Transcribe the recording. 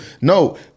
No